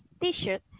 t-shirt